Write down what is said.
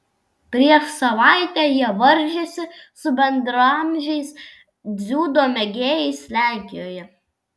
prieš savaitę jie varžėsi su bendraamžiais dziudo mėgėjais lenkijoje